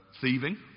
thieving